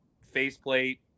faceplate